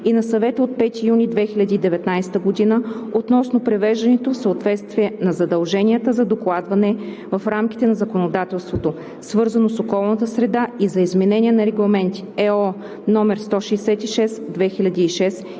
и на Съвета от 5 юни 2019 година относно привеждането в съответствие на задълженията за докладване в рамките на законодателството, свързано с околната среда, и за изменение на регламенти (ЕО) № 166/2006